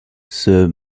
sir